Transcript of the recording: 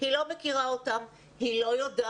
היא לא מכירה אותם, היא לא יודעת